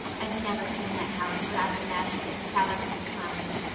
i've never seen that house, but i've imagined it thousands of times.